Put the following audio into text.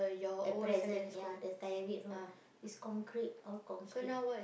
at present ya the Tyrwhitt-Road is concrete all concrete